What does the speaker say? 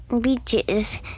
beaches